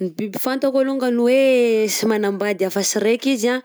Ny biby fantako alongany hoe sy manambady afa-sy raika izy anh